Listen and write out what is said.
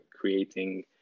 creating